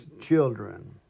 children